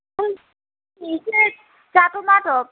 एसे जादब मादब